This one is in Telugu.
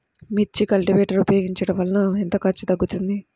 మిర్చి కల్టీవేటర్ ఉపయోగించటం వలన ఎంత ఖర్చు తగ్గుతుంది?